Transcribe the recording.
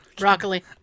Broccoli